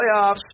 playoffs